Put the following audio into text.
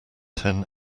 ten